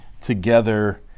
together